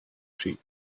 sheep